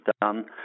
done